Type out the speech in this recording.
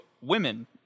women